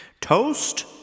Toast